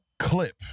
clip